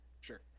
Sure